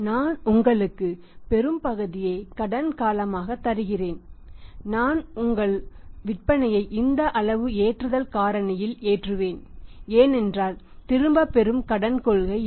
நான் உங்களுக்கு பெரும்பகுதியை கடன் காலமாக தருகிறேன் நான் உங்கள் விற்பனையை இந்த அளவு ஏற்றுதல் காரணியில் ஏற்றுவேன் ஏனென்றால் திரும்பப்பெறும் கடன் கொள்கை இல்லை